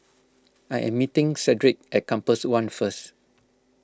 I am meeting Cedric at Compass one first